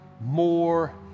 more